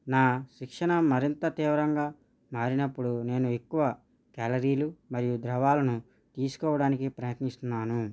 నా శిక్షణ మరింత తీవ్రంగా మారినప్పుడు నేను ఎక్కువ క్యాలరీలు మరియు ద్రవాలను తీసుకోవడానికి ప్రయత్నిస్తున్నాను